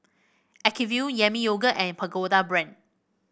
Acuvue Yami Yogurt and Pagoda Brand